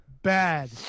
Bad